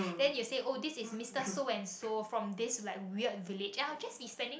then you say oh this is Mister so and so from like this weird village and I'll just be spending